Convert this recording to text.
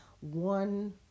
one